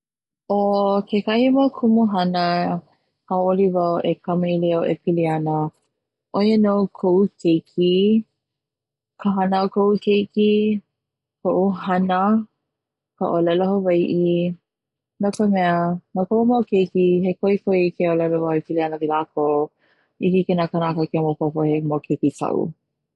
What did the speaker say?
'O kekahi mau kumuhana hau'oli wau e kama'ilio e pili ana 'oia no ko'u keiki, ka hana a ko'u keiki, ko'u hana, ka 'olelo hawai'i, no ka mea no ko'u mau keiki he ko'iko'i ke 'olelo wau e pili ana lakou i hiki na kanaka ke maopopo he mau keiki ka'u.